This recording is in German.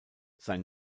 sein